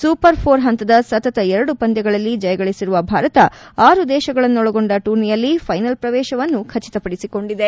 super four ಹಂತದ ಸತತ ಎರಡು ಪಂದ್ಲಗಳಲ್ಲಿ ಜಯ ಗಳಿಸಿರುವ ಭಾರತ ಆರು ದೇಶಗಳನ್ನೊಳಗೊಂಡ ಟೂರ್ನಿಯಲ್ಲಿ ಫೈನಲ್ ಪ್ರವೇಶವನ್ನು ಖಚಿತಪಡಿಸಿಕೊಂಡಿದೆ